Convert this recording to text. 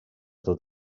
tot